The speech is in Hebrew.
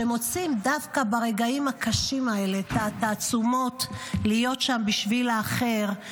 מוצאים דווקא ברגעים הקשים האלה את התעצומות להיות שם בשביל האחר.